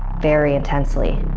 very intensely.